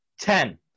Ten